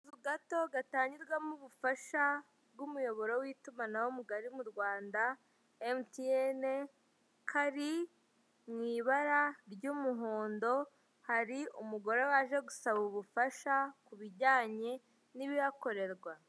Gato gatangirwamo ubufasha bw'umuyoboro w'itumanaho mugari mu Rwanda emutiyene, kari mu ibara ry'umuhondo, hari umugore waje gusaba ubufasha kubijyanye n'ibihakorerwa.